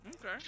Okay